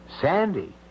Sandy